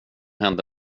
hände